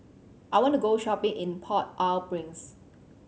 I want to go shopping in Port Au Prince